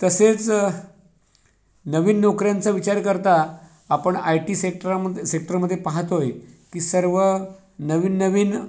तसेच नवीन नोकऱ्यांचा विचार करता आपण आय टी सेक्ट्रा सेक्टरमध्ये पहात आहे की सर्व नवीन नवीन